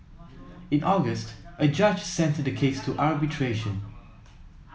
in August a judge sent the case to arbitration